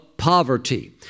poverty